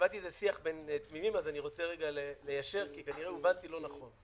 שמעתי שיח בין תמימים ואני רוצה ליישר כי כנראה הובנתי לא נכון.